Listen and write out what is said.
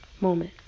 moment